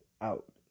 out